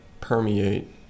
permeate